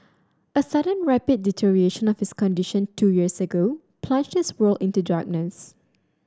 a sudden rapid deterioration of his condition two years ago plunged his world into darkness